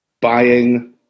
buying